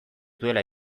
duela